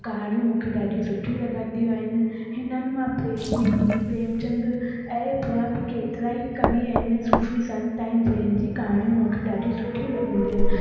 कहाणियूं मूंखे ॾाढियूं सुठियूं लॻंदियूं आहिनि हिननि मां प्रेमी प्रेमचंद ऐं ॿिया बि केतिराई कवि आहिनि सूफ़ी संत आहिनि जंहिंजी कहाणियूं मूंखे ॾाढियूं सुठियूं लॻंदियूं आहिनि